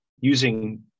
using